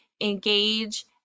engage